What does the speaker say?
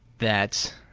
that